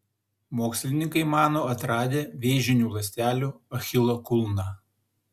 mokslininkai mano atradę vėžinių ląstelių achilo kulną